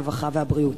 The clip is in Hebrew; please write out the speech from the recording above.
הרווחה והבריאות.